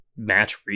Match